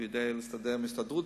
הוא יודע להסתדר עם ההסתדרות,